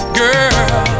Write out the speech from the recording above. girl